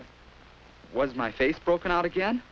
at was my face broken out again